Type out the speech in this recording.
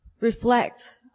reflect